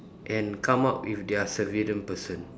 and come up with their supervillain person